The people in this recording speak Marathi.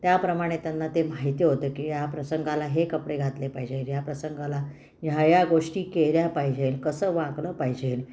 त्याप्रमाणे त्यांना ते माहिती होतं की या प्रसंगाला हे कपडे घातले पाहिजे या प्रसंगाला ह्या या गोष्टी केल्या पाहिजे कसं वागलं पाहिजे